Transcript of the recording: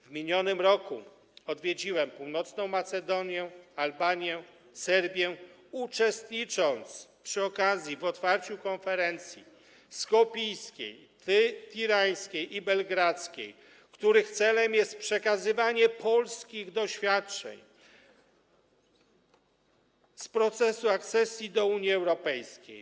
W minionym roku odwiedziłem Macedonię Północną, Albanię i Serbię, uczestnicząc przy okazji w otwarciu konferencji: skopijskiej, tirańskiej i belgradzkiej, których celem jest przekazywanie polskich doświadczeń z procesu akcesji do Unii Europejskiej.